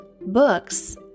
books